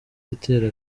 itera